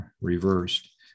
reversed